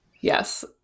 Yes